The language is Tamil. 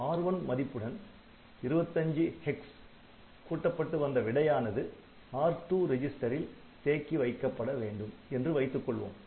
R1 மதிப்புடன் 25 கூட்டப்பட்டு வந்த விடையானது R2 ரிஜிஸ்டரில் தேக்கி வைக்கப்படவேண்டும் என்று வைத்துக்கொள்வோம்